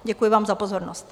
Děkuji vám za pozornost.